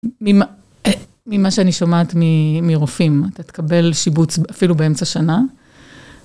ממה שאני שומעת מרופאים, אתה תקבל שיבוץ אפילו באמצע שנה.